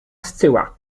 stewart